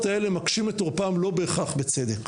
האלה מקשים את עורפם לא בהכרח בצדק.